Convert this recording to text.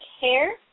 hair